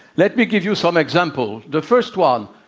let me give you some examples. the first one.